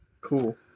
Cool